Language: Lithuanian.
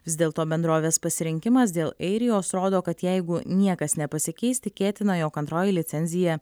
vis dėlto bendrovės pasirinkimas dėl airijos rodo kad jeigu niekas nepasikeis tikėtina jog antroji licencija